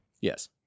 yes